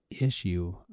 issue